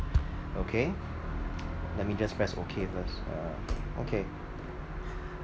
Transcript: okay let me just press okay first uh okay